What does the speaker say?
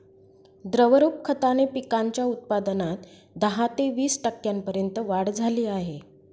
द्रवरूप खताने पिकांच्या उत्पादनात दहा ते वीस टक्क्यांपर्यंत वाढ झाली आहे